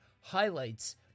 highlights